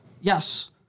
Yes